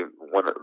one